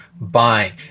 buying